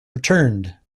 returned